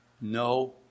No